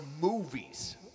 movies